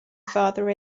father